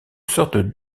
sorte